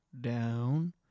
down